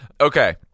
Okay